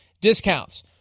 discounts